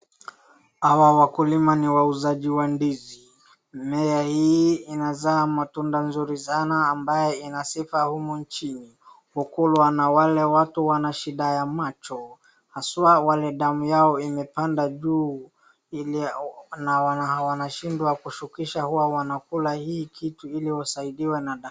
Hawa wakulima ni wauzaji wa ndizi. Mmea hii ina zaa matunda nzuri sana ambaye ina sifa humu nchini. Hukulwa na wale watu wana shida ya macho haswa wale damu yao imepanda juu na wanashindwa kushukisha hua wanakula hii kitu ili wasaidiwe na.